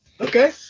okay